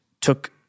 took